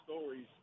stories